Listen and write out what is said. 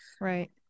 right